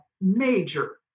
major